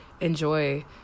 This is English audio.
enjoy